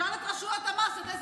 שאל את רשויות המס איזה